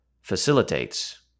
facilitates